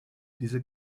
diese